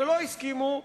שלא הסכימו,